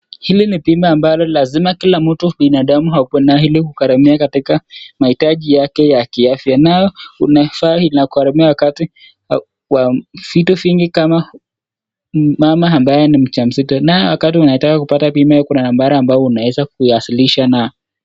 Hili ni bima ambalo kila mtu binadamu ako nayo ili kugharamia katika mahitaji yake ya kiafya. Nayo unafaa inakugharamia kwa vitu vingi kama mama ambaye ni mjamzito. Nayo ukitaka kupata bima kuna nambari ambayo unajiwasilisha nayo.